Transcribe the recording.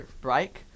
break